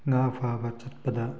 ꯉꯥ ꯐꯥꯕ ꯆꯠꯄꯗ